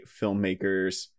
filmmakers